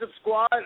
squad